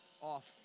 off